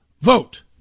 vote